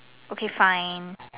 okay fine